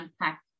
unpack